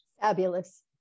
Fabulous